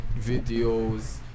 videos